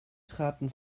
traten